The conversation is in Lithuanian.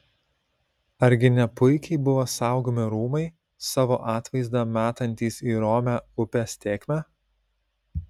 argi ne puikiai buvo saugomi rūmai savo atvaizdą metantys į romią upės tėkmę